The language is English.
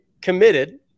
committed